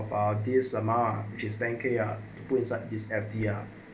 ah this amount ah which is ten K are put inside is F_D ah